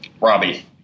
Robbie